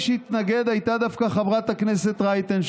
מי שהתנגד היה דווקא חברת הכנסת רייטן,